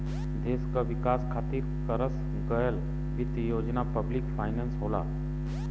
देश क विकास खातिर करस गयल वित्त योजना पब्लिक फाइनेंस होला